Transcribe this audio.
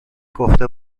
گفته